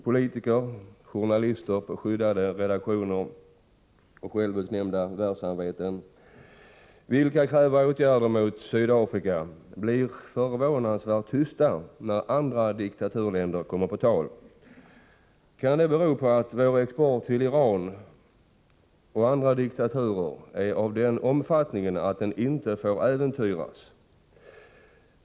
Politiker, journalister på skyddade redaktioner och självutnämnda världssamveten som kräver åtgärder mot Sydafrika blir förvånansvärt tysta när andra diktaturländer kommer på tal. Kan det bero på att vår export till Iran och andra diktaturer är av den omfattningen att den inte får äventyras?